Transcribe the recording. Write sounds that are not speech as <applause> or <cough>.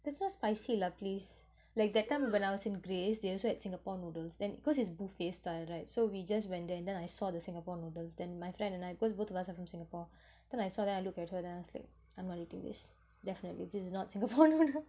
that's not spicy lah please like that time when I was in grace they also had singapore noodles then cause is buffet style right so we just went there and then I saw the singapore noodles then my friend and I because both of us are from singapore then I saw then I look at her then I was like I'm not eating this definitely this is not singapore <laughs> noodles